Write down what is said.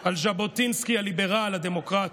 על ז'בוטינסקי הליברל, הדמוקרט.